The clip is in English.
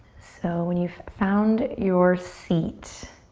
so when you've found your seat,